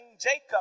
Jacob